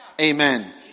Amen